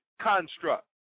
construct